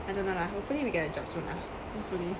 I don't know lah hopefully we'll get a job soon lah hopefully